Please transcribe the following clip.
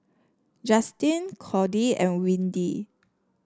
Justin Cordie and Windy